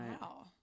Wow